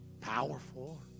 powerful